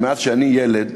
ומאז אני ילד,